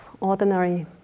ordinary